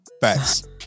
Facts